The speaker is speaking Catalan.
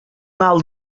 mal